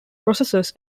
processes